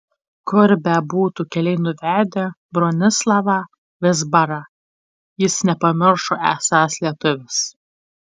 kur bebūtų keliai nuvedę bronislavą vizbarą jis nepamiršo esąs lietuvis